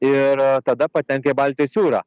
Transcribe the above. ir tada patenka į baltijos jūrą